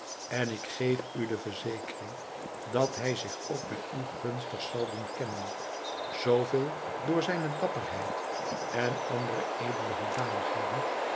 en ik geef u de verzekering dat hij zich ook bij u gunstig zal doen kennen zooveel door zijne dapperheid en andere edele hoedanigheden